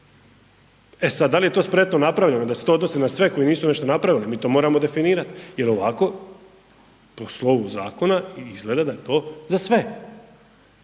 E sad, dal je to spretno napravljeno da se to odnosi na sve koji nisu nešto napravili, mi to moramo definirat jel ovako po slovu zakona izgleda da je to za sve,